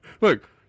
Look